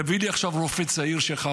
תביא לי עכשיו רופא צעיר שלך,